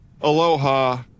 aloha